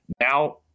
now